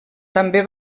també